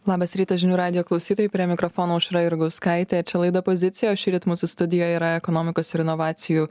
labas rytas žinių radijo klausytojai prie mikrofono aušra jurgaukaitė čia laida pozicija o šįryt mūsų studijoj yra ekonomikos ir inovacijų